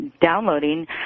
downloading